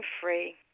free